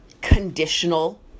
conditional